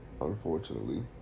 unfortunately